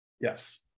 Yes